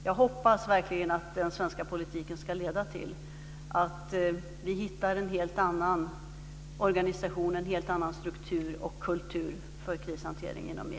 Jag hoppas verkligen att den svenska politiken ska leda till att vi hittar en helt annan organisation, en helt annan struktur och kultur, för krishantering inom EU.